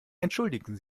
entschuldigen